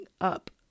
up